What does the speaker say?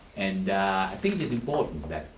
and i think it is important that